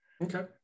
Okay